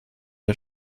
der